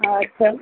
হ্যাঁ চল